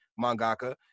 mangaka